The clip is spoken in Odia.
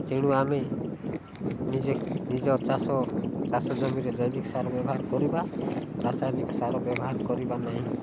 ତେଣୁ ଆମେ ନିଜେ ନିଜ ଚାଷ ଚାଷ ଜମିରେ ଜୈବିକ ସାର ବ୍ୟବହାର କରିବା ରାସାୟନିକ ସାର ବ୍ୟବହାର କରିବା ନାହିଁ